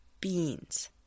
beans